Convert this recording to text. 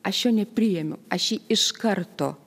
aš jo nepriėmiau aš jį iš karto